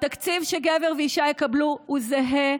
התקציב שגבר ואישה יקבלו הוא זהה,